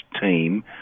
team